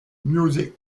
music